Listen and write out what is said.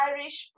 Irish